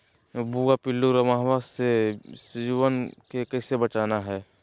भुवा पिल्लु, रोमहवा से सिजुवन के कैसे बचाना है?